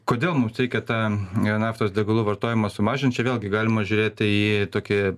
kodėl mums reikia tam e naftos degalų vartojimą sumažint čia vėlgi galima žiūrėti į tokį